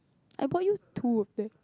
I bought you two of that